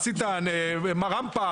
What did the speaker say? עשית רמפה,